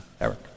Eric